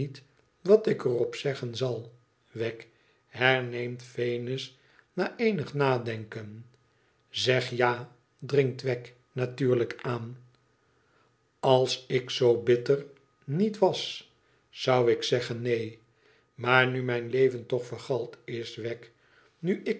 wat ik er op zeggen zal wegg herneemt venus na eenig nadenken zeg ja dnngt wegg natuurlijk aan als ik zoo bitter niet was zou ik zeggen neen maar nu mijn leven toch vergald is wegg nu ik